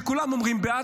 שכולם אומרים בעד,